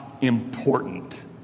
important